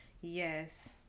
Yes